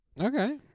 Okay